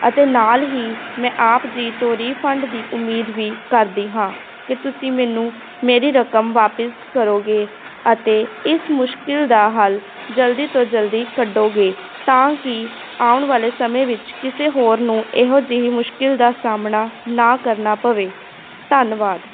ਅਤੇ ਨਾਲ ਹੀ ਮੈਂ ਆਪ ਜੀ ਤੋਂ ਰੀਫੰਡ ਦੀ ਉਮੀਦ ਵੀ ਕਰਦੀ ਹਾਂ ਕਿ ਤੁਸੀਂ ਮੈਨੂੰ ਮੇਰੀ ਰਕਮ ਵਾਪਿਸ ਕਰੋਗੇ ਅਤੇ ਇਸ ਮੁਸ਼ਕਿਲ ਦਾ ਹੱਲ ਜਲਦੀ ਤੋਂ ਜਲਦੀ ਕੱਢੋਗੇ ਤਾਂ ਕਿ ਆਉਣ ਵਾਲੇ ਸਮੇਂ ਵਿੱਚ ਕਿਸੇ ਹੋਰ ਨੂੰ ਇਹੋ ਜਿਹੀ ਮੁਸ਼ਕਿਲ ਦਾ ਸਾਹਮਣਾ ਨਾ ਕਰਨਾ ਪਵੇ ਧੰਨਵਾਦ